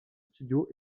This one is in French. studio